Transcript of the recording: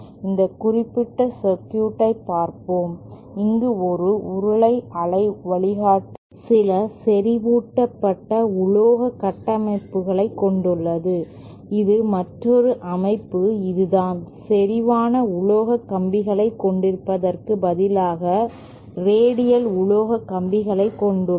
இந்த குறிப்பிட்ட சர்க்யூட் ஐ பார்ப்போம் இங்கு ஒரு உருளை அலை வழிகாட்டி சில செறிவூட்டப்பட்ட உலோக கட்டமைப்புகளைக் கொண்டுள்ளது இது மற்றொரு அமைப்பு இதுதான் செறிவான உலோக கம்பிகளைக் கொண்டிருப்பதற்குப் பதிலாக ரேடியல் உலோக கம்பிகளைக் கொண்டுள்ளது